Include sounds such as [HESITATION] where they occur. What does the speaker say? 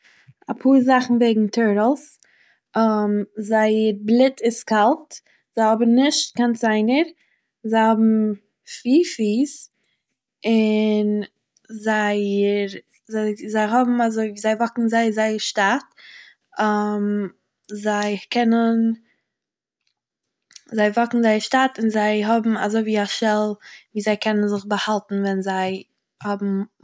אפאהר זאכן וועגן טורטל'ס [HESITATION] זייער בליט איז קאלט, זיי האבן נישט קיין ציינער, זיי האבן פיר פיס און זייער, זיי האבן אזוי ווי, זיי וואקן זייער זייער שטאט PAUSE, [HESITATION] זיי קענען, זיי וואקן זייער שטאט און זיי האבן אזוי ווי א שעל ווי זיי קענען זיך באהאלטן ווען זיי האבן מורא.